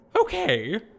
Okay